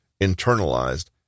internalized